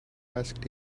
asked